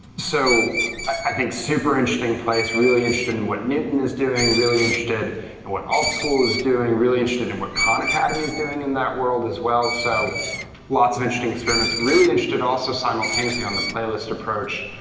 so i think super interesting place, really interested in what newton is doing, really interested in what altschool is doing, really interested in what khan academy is doing in that world as well, so lots of interesting experiments. really interested also simultaneously on the playlist approach,